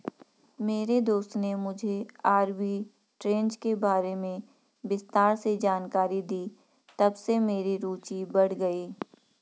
मेरे दोस्त ने मुझे आरबी ट्रेज़ के बारे में विस्तार से जानकारी दी तबसे मेरी रूचि बढ़ गयी